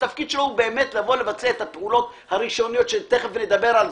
התפקיד שלו הוא לבצע את הפעולות הראשוניות שתיכף נדבר עליהן,